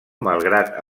malgrat